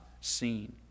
seen